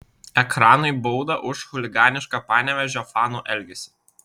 ekranui bauda už chuliganišką panevėžio fanų elgesį